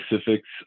specifics